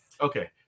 Okay